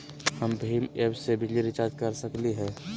हम भीम ऐप से बिजली बिल रिचार्ज कर सकली हई?